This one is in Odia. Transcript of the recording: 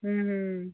ହୁଁ ହୁଁ